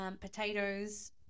Potatoes